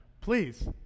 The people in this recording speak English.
Please